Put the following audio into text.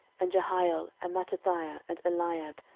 and jehiel, and mattithiah, and eliab,